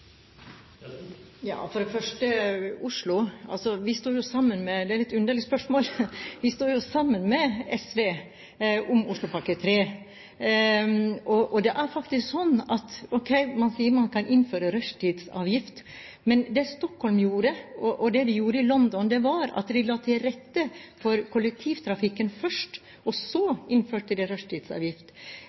Skogsholm-tida? For det første: Det er et litt underlig spørsmål. Vi sto jo sammen med SV om Oslopakke 3. Ok, man sier man kan innføre rushtidsavgift, men det Stockholm gjorde, og det de gjorde i London, var at de la til rette for kollektivtrafikken først, og så innførte